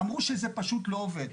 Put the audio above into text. אמרו שזה פשוט לא עובד.